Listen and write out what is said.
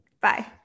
Bye